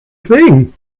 thing